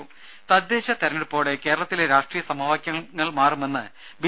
ദര തദ്ദേശ തെരഞ്ഞെടുപ്പോടെ കേരളത്തിലെ രാഷ്ട്രീയ സമവാക്യങ്ങൾ മാറുമെന്ന് ബി